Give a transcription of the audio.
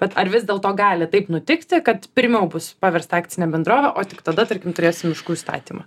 bet ar vis dėl to gali taip nutikti kad pirmiau bus paversta akcine bendrove o tik tada tarkim turės miškų įstatymą